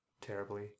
terribly